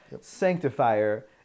Sanctifier